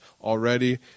already